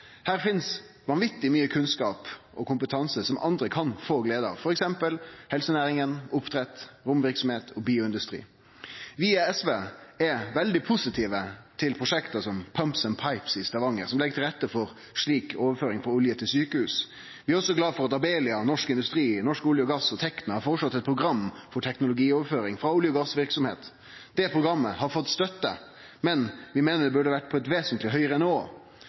Her finst vanvitig mykje kunnskap og kompetanse som andre kan få glede av, f.eks. innan helsenæringa, oppdrett, romverksemd og bioindustri. Vi i SV er veldig positive til prosjekt som Pumps & Pipes i Stavanger, som legg til rette for slik overføring frå olje til sjukehus. Vi er også glade for at Abelia, Norsk Industri, Norsk olje og gass og Tekna har føreslått eit program for teknologioverføring frå olje- og gassverksemd. Det programmet har fått støtte, men vi meiner det burde ha vore på eit vesentleg høgare